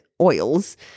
oils